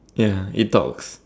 ya it talks